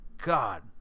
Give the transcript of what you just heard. God